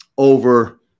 Over